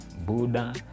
Buddha